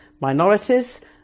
minorities